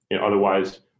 Otherwise